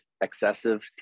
excessive